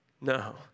No